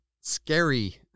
scary